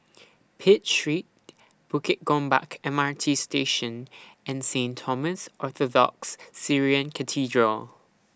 Pitt Street Bukit Gombak M R T Station and Saint Thomas Orthodox Syrian Cathedral